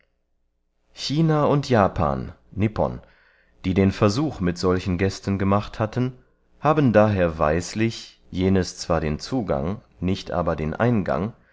china und japan nipon die den versuch mit solchen gästen gemacht hatten haben daher weislich jenes zwar den zugang aber nicht den eingang